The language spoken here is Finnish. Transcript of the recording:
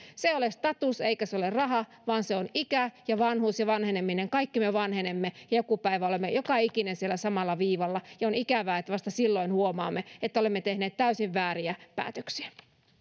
se ei ole status eikä se ole raha vaan se on ikä ja vanhuus ja vanheneminen kaikki me vanhenemme joku päivä olemme joka ikinen siellä samalla viivalla ja on ikävää että vasta silloin huomaamme että olemme tehneet täysin vääriä päätöksiä